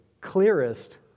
clearest